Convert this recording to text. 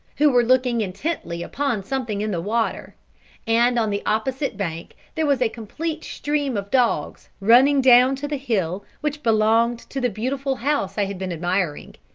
who were looking intently upon something in the water and on the opposite bank there was a complete stream of dogs, running down to the hill which belonged to the beautiful house i had been admiring.